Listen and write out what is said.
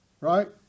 right